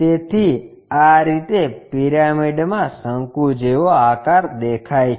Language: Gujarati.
તેથી આ રીતે પિરામિડમાં શંકુ જેવો આકાર દેખાય છે